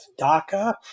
DACA